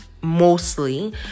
mostly